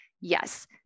Yes